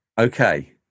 Okay